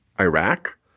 Iraq